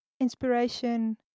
inspiration